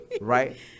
right